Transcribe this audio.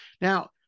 Now